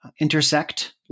intersect